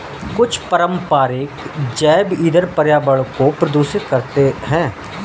कुछ पारंपरिक जैव ईंधन पर्यावरण को प्रदूषित करते हैं